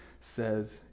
says